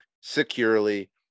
securely